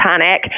panic